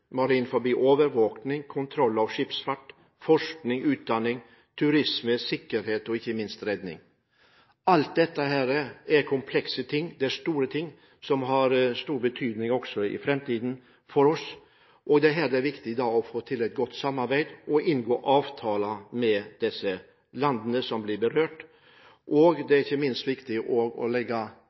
kontroll av skipsfart, forskning, utdanning, turisme, sikkerhet og ikke minst redning. Alt dette er komplekse og store saker som har stor betydning for oss i framtiden, og det er viktig å få til et godt samarbeid og inngå avtaler med landene som blir berørt. Det er viktig at vi setter et fotavtrykk og fokuserer på at det egentlig er